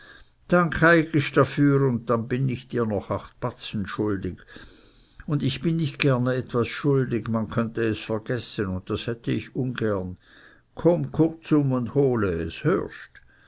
dankeigist dafür und dann bin ich dir noch acht batzen schuldig und ich bin nicht gerne etwas schuldig man könnte es vergessen und das hätte ich ungern komm kurzum und hole es